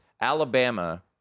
Alabama